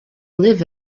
live